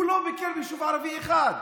הוא לא ביקר ביישוב ערבי אחד.